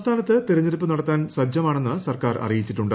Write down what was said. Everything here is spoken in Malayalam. സംസ്യജാനത്ത് തെരഞ്ഞെടുപ്പ് നടത്താൻ സജ്ജമാണെന്ന് സർക്കാർ ് അറിയിച്ചിട്ടുണ്ട്